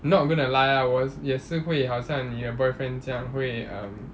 not gonna lie ah 我也是会好像你的 boyfriend 这样会 um